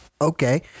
Okay